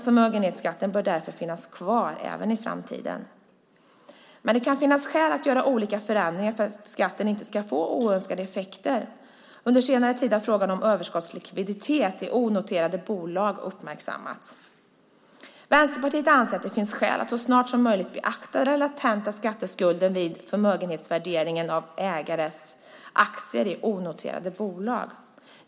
Förmögenhetsskatten bör därför finnas kvar även i framtiden. Men det kan finnas skäl att göra olika förändringar för att skatten inte ska få oönskade effekter. Under senare tid har frågan om överskottslikviditet i onoterade bolag uppmärksammats. Vänsterpartiet anser att det finns skäl att så snart som möjligt beakta den latenta skatteskulden vid förmögenhetsvärderingen av ägares aktier i onoterade bolag.